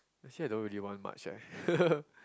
actually I don't really want much eh